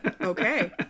Okay